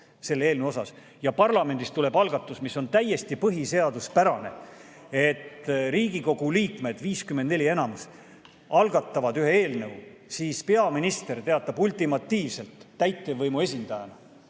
ja parlamendis tuleb algatus, mis on täiesti põhiseaduspärane, ja Riigikogu liikmed, 54 ehk enamus, algatavad ühe eelnõu, siis peaminister teatab ultimatiivselt täitevvõimu esindajana,